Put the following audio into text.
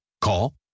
Call